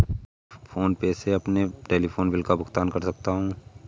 क्या मैं फोन पे से अपने टेलीफोन बिल का भुगतान कर सकता हूँ?